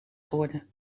geworden